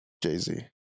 Jay-Z